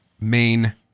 main